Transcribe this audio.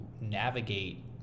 navigate